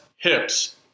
Hips